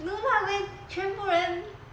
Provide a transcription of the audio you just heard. no then 全部人